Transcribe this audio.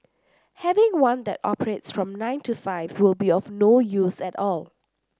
having one that operates from nine to five will be of no use at all